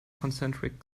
concentric